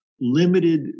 Limited